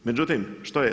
Međutim što je?